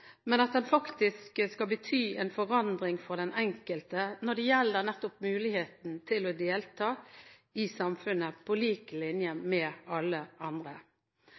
men at den faktisk skal bety en forandring for den enkelte når det gjelder nettopp muligheten til å delta i samfunnet på lik linje med alle andre.